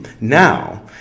Now